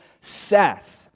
Seth